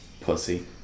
Pussy